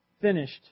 finished